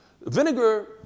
vinegar